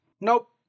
Nope